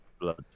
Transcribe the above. Blood